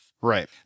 Right